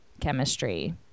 chemistry